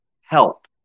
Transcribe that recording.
help